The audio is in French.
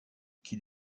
qui